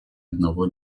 одного